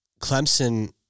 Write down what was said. Clemson